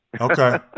Okay